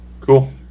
Cool